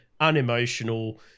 unemotional